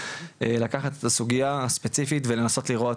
לקחת את הסוגייה הספציפית ולנסות לראות